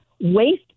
waste